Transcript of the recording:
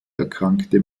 erkrankte